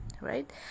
right